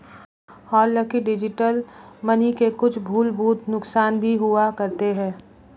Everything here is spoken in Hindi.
हांलाकि डिजिटल मनी के कुछ मूलभूत नुकसान भी हुआ करते हैं